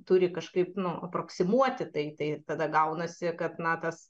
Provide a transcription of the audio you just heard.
turi kažkaip nu aproksimuoti tai tai tada gaunasi kad na tas